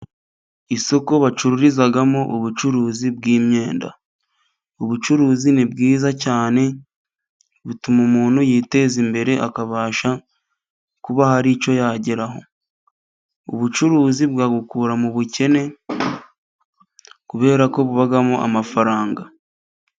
Isoko bacururizamo ubucuruzi bw'imyenda, ubucuruzi ni bwiza cyane butuma umuntu yiteza imbere akabasha kuba hari icyo yageraho, ubucuruzi bwagukura mu bukene kubera ko bubamo amafaranga.